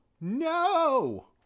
no